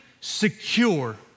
secure